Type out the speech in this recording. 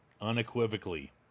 unequivocally